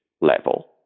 level